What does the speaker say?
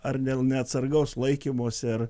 ar dėl neatsargaus laikymosi ar